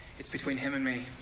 it's between him and me.